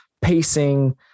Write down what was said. pacing